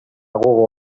gogo